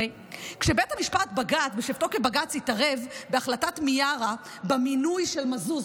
הרי כשבית המשפט בשבתו כבג"ץ התערב בהחלטת מיארה במינוי של מזוז,